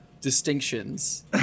distinctions